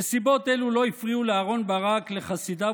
נסיבות אלו לא הפריעו לאהרן ברק ולחסידיו